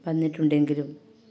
വന്നിട്ടുണ്ടെങ്കിലും